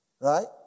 right